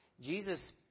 Jesus